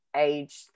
age